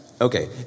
Okay